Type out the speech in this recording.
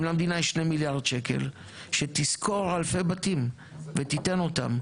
אם למדינה יש 2 מיליארד שקלים שתשכור אלפי בתים ותיתן אותם.